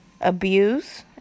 abuse